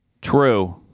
True